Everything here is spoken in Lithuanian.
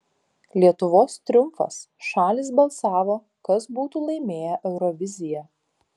lietuvos triumfas šalys balsavo kas būtų laimėję euroviziją